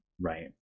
Right